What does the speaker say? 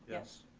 yes?